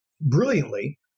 brilliantly